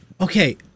Okay